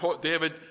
David